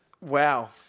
Wow